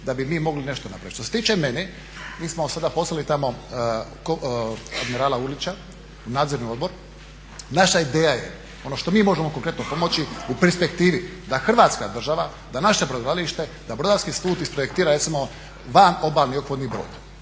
da bi mi mogli nešto napraviti. Što se tiče mene mi smo sada poslali tamo admirala Ulića u nadzorni odbor, naša ideja je ono što mi možemo konkretno pomoći u perspektivi da hrvatska država, da naše brodogradilište, da Brodarski institut isprojektira recimo van obalni ophodni brod.